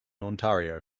ontario